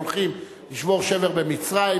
הולכים לשבור שבר במצרים,